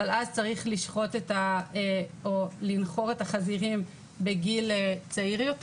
אבל אז צריך לשחוט או לנחור את החזירים בגיל צעיר יותר